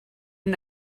and